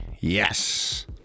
yes